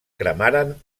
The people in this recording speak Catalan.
cremaren